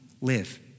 live